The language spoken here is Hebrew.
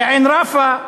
זה עין-ראפה.